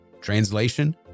Translation